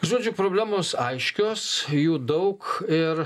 žodžiu problemos aiškios jų daug ir